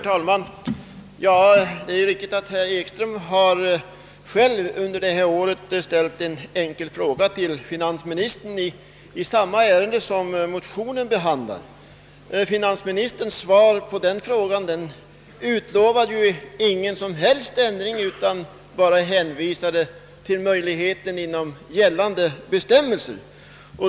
Herr talman! Det är riktigt att herr Ekström under denna riksdag själv har ställt en enkel fråga till finansministern i samma ärende som motionen behandlar. Finansministern utlovade inte i svaret någon som helst ändring utan hänvisade bara till möjligheterna att åstadkomma rättelser inom ramen för gällande bestämmelser.